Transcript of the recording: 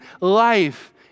life